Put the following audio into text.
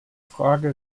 frage